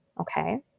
okay